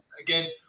Again